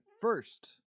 first